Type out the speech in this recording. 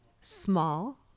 small